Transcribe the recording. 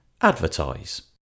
advertise